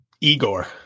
Igor